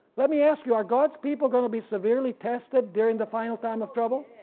let me ask you, are god's people gonna be severely tested during the final time of trouble?